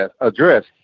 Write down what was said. address